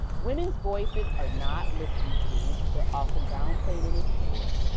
women's voices are not listened to. they are often downplayed and ignored.